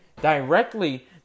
directly